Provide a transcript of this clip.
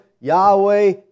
Yahweh